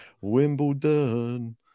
Wimbledon